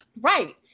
right